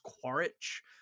Quaritch